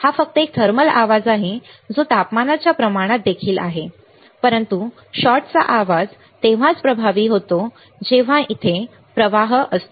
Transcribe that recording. हा फक्त एक थर्मल आवाज आहे जो तापमानाच्या प्रमाणात देखील आहे परंतु शॉटचा आवाज तेव्हाच प्रभावी होतो जेव्हा तेथे प्रवाहाचा प्रवाह असतो